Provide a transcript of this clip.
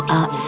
up